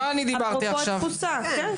אפרופו התפוסה.